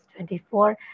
24